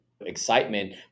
excitement